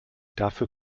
dafür